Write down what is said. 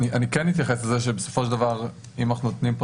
אני כן אתייחס לכך שבסופו של דבר אם אנחנו נותנים כאן